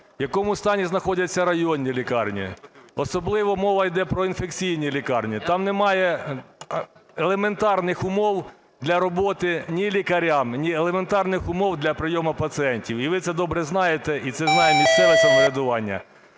в якому стані знаходяться районні лікарні, особливо мова йде про інфекційні лікарні. Там немає елементарних умов для роботи ні лікарям, ні елементарних умов для прийому пацієнтів. І ви це добре знаєте, і це знає місцеве самоврядування.